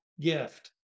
gift